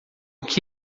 que